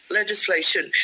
legislation